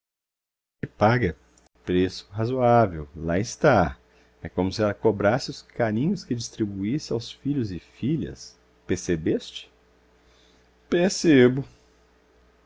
paga preço razoável lá está é como se ela cobrasse os carinhos que distribuísse aos filhos e filhas percebeste percebo outra